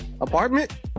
apartment